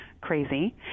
crazy